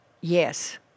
Yes